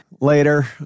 later